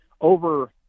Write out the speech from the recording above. over